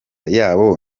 yabo